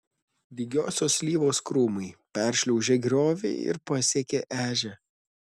dygiosios slyvos krūmai peršliaužė griovį ir pasiekė ežią